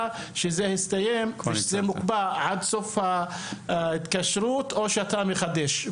שזה הסתיים ושזה מוקפא עד סוף ההתקשרות או שאתה מחדש.